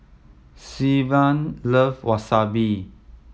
Sylvan love Wasabi